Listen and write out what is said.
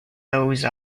those